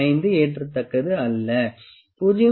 5 ஏற்கத்தக்கது அல்ல 0